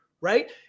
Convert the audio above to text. right